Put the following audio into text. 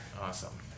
Awesome